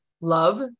Love